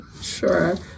Sure